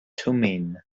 thummim